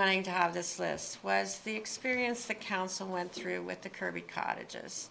wanting to have this was the experience the council went through with the kirby cottages